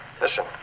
Listen